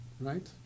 right